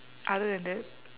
other than that